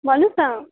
भन्नुहोस् न